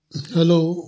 hello